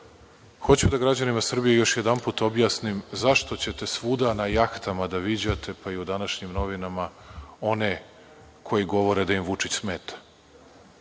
hoću da građanima Srbije još jedanput objasnim zašto ćete svuda na jahtama da viđate, pa i u današnjim novinama, one koji govore da im Vučić smeta.